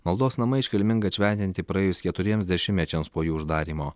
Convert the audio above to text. maldos namai iškilmingai atšventinti praėjus keturiems dešimtmečiams po jų uždarymo